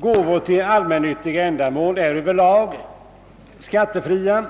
Gåvor till allmännyttiga ändamål är över lag skattefria,